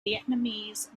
vietnamese